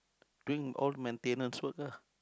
doing old maintenance work ah